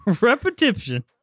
repetition